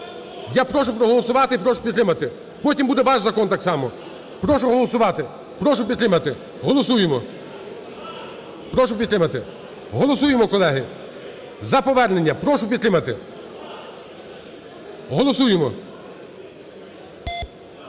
Я прошу проголосувати і прошу підтримати. Потім буде ваш закон так само. Прошу голосувати, прошу підтримати, голосуємо. Прошу підтримати, голосуємо, колеги, за повернення прошу підтримати. Голосуємо.